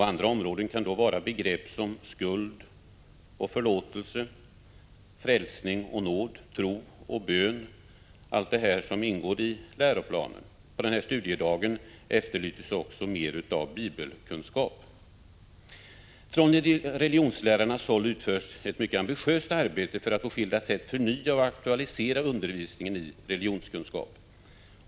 Andra områden kan gälla begrepp som skuld och förlåtelse, frälsning och nåd, tro och bön — allt detta ingår i läroplanen. På den här studiedagen efterlystes också mer av bibelkunskap. Från religionslärarnas håll utförs ett mycket ambitiöst arbete för att på skilda sätt förnya och aktualisera undervisningen i religionskunskap.